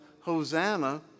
Hosanna